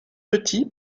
petit